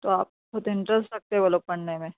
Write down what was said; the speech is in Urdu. تو آپ بہت انٹرسٹ رکھتے ہو بولو پڑھنے میں